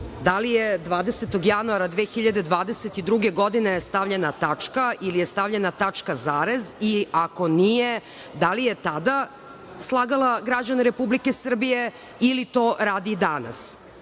da li je 20. januara 2022. godine stavljena tačka, ili tačka zarez i ako nije, da li je tada slagala građane Republike Srbije ili to radi i danas?